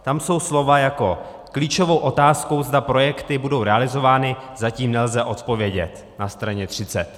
Tam jsou slova jako klíčovou otázkou, zda projekty budou realizovány, zatím nelze odpovědět na straně 30.